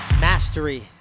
Mastery